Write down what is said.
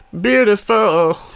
beautiful